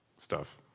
stuff.